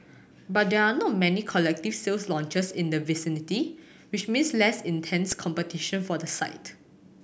but there are not many collective sales launches in the vicinity which means less intense competition for the site